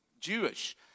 Jewish